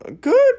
good